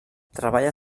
treballa